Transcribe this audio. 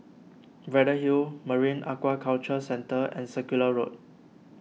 Braddell Hill Marine Aquaculture Centre and Circular Road